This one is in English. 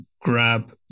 grab